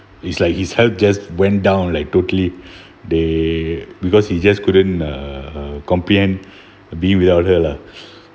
it's like his health just went down like totally they because he just couldn't err comprehend being without her lah